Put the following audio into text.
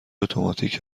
اتوماتیک